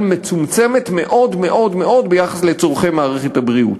מצומצם מאוד מאוד מאוד ביחס לצורכי מערכת הבריאות.